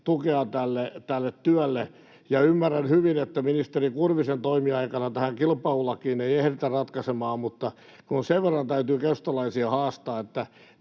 tukea tälle työlle. Ja ymmärrän hyvin, että ministeri Kurvisen toimiaikana tätä kilpailulakia ei ehditä ratkaisemaan, mutta sen verran täytyy keskustalaisia haastaa,